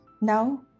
Now